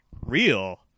real